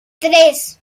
tres